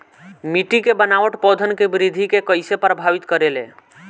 मिट्टी के बनावट पौधन के वृद्धि के कइसे प्रभावित करे ले?